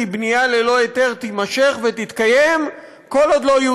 כי בנייה ללא היתר תימשך ותתקיים כל עוד לא יהיו